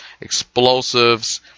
explosives